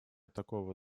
такого